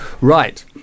Right